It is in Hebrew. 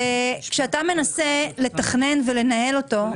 כשאתה מנסה לתכנן את התקציב,